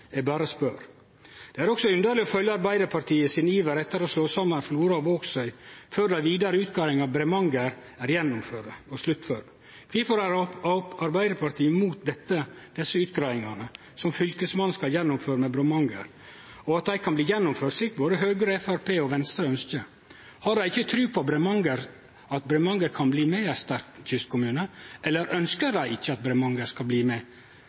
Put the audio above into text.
Eg berre spør. Det er også underleg å følgje Arbeidarpartiets iver etter å slå saman Flora og Vågsøy før dei vidare utgreiingane med Bremanger er sluttførde. Kvifor er Arbeidarpartiet imot desse utgreiingane som Fylkesmannen skal gjennomføre med Bremanger, og at dei kan bli gjennomførte, slik både Høgre, Framstegspartiet og Venstre ønskjer? Har dei ikkje tru på at Bremanger kan bli med i ein sterk kystkommune, eller ønskjer dei ikkje at Bremanger skal bli med?